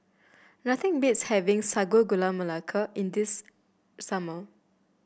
nothing beats having Sago Gula Melaka in this summer